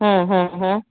હમ હમ હમ